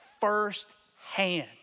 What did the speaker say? firsthand